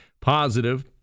Positive